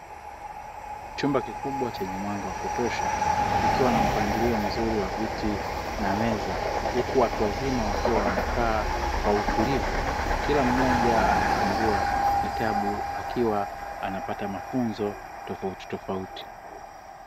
Chumba kikubwa chenye mwanga wa kutosha kikiwa na mpangilio mzuri wa vitu na meza huku watu wazima wakiwa wamekaa kwa utulivu kila mmoja amefungua kitabu akiwa anapata mafunzo tofautitofauti.